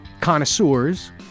connoisseurs